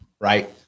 right